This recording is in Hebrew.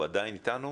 הוא עדיין איתנו?